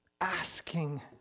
asking